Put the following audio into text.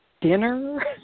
dinner